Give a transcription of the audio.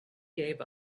gave